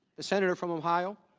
the senator from ohio